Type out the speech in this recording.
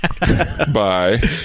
Bye